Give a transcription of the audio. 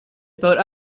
about